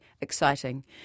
exciting